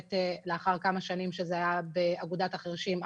לאחר כמה שנים שזה היה באגודת החירשים,